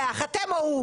אתם או הוא.